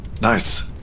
nice